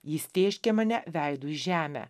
jis tėškė mane veidu į žemę